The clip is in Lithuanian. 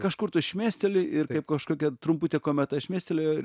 kažkur tu šmėsteli ir kaip kažkokia trumputė kometa šmėstelėjo ir